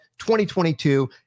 2022